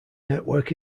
network